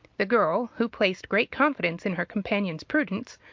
the girl, who placed great confidence in her companion's prudence,